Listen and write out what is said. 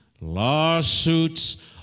lawsuits